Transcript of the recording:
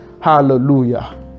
hallelujah